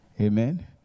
Amen